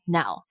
now